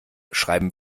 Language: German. schreiben